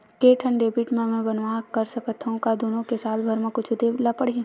के ठन डेबिट मैं बनवा रख सकथव? का दुनो के साल भर मा कुछ दे ला पड़ही?